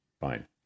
Fine